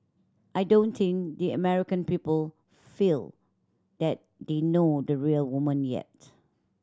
I don't think the American people feel that they know the real woman yet